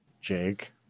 Jake